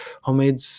Homemade